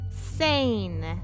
sane